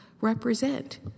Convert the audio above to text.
represent